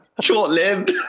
Short-lived